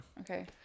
Okay